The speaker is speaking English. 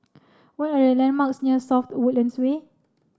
what are the landmarks near South Woodlands Way